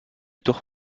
toch